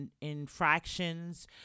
infractions